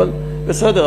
אבל בסדר,